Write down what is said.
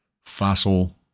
Fossil